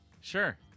Sure